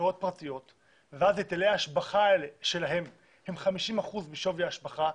קרקעות פרטיות ואז היטלי ההשבחה שלהן הם 50 אחוזים משווי ההשבחה,